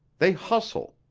they hustle.